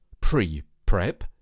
pre-prep